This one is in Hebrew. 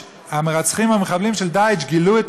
המרצחים והמחבלים של "דאעש" גילו את